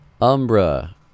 umbra